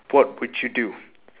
what would you do